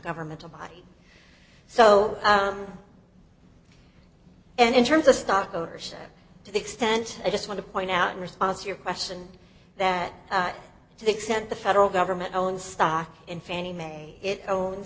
governmental body so and in terms of stock ownership to the extent i just want to point out in response to your question that to the extent the federal government owns stock in fannie mae it own